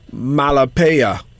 Malapaya